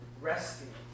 Resting